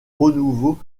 renouveau